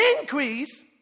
increase